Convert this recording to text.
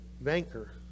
banker